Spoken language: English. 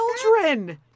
children